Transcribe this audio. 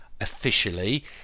officially